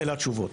אלה התשובות,